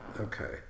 Okay